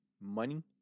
money